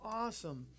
awesome